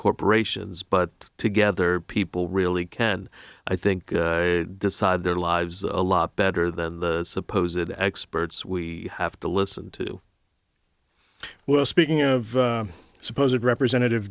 corporations but together people really can i think decide their lives a lot better than the supposedly experts we have to to listen well speaking of supposed representative